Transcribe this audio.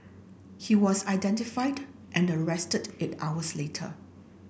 he was identified and arrested eight hours later